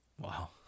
Wow